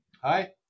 Hi